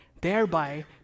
thereby